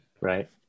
right